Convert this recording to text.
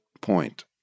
point